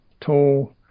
tall